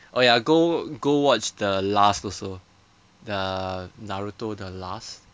oh ya go go watch the last also the naruto the last